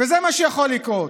וזה מה שיכול לקרות.